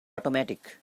automatic